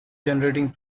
generating